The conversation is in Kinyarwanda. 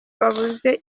babuze